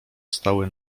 stały